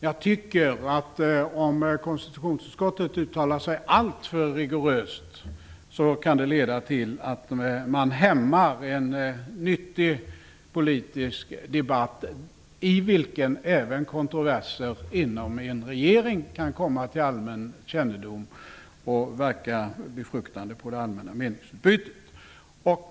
Jag tycker att om konstitutionsutskottet uttalar sig alltför rigoröst, kan det leda till att en nyttig politisk debatt hämmas, i vilken även kontroverser inom en regering kan komma till allmän kännedom och verka befruktande på det allmänna meningsutbytet.